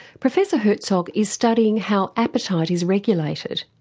professor herzog is studying how appetite is regulated.